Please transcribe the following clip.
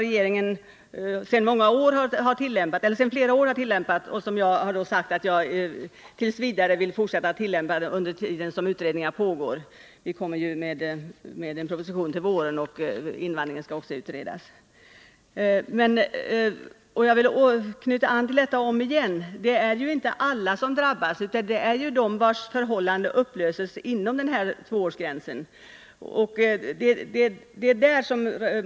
Regeringen har emellertid tillämpat denna regel under flera år, och jag har förklarat att jag tills vidare vill fortsätta att tillämpa den under den tid som utredningarna pågår. Vi kommer ju med en proposition till våren, och även invandringen skall utredas. Jag vill åter framhålla att inte alla drabbas utan bara de människor vilkas förhållanden upplöses inom denna tvåårsgräns.